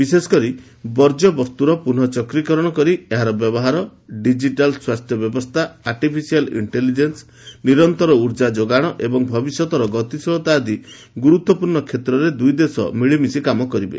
ବିଶେଷ କରି ବର୍ଯ୍ୟବସ୍ତର ପୁନଃଚକ୍ରିକରଣ କରି ଏହାର ବ୍ୟବହାର ଡିକିଟାଲ୍ ସ୍ୱାସ୍ଥ୍ୟ ବ୍ୟବସ୍ଥା ଆର୍ଟିଫିସିଆଲ୍ ଇକ୍ଷେଲିଜେନ୍ସ ନିରନ୍ତର ଉର୍ଜା ଯୋଗାଣ ଏବଂ ଭବିଷ୍ୟତର ଗତିଶୀଳତା ଆଦି ଗୁରୁତ୍ୱପୂର୍ଣ୍ଣ କ୍ଷେତ୍ରରେ ଦୁଇ ଦେଶ ମିଳିମିଶି କାମ କରିବେ